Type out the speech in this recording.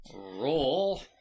Roll